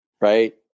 right